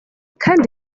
kandi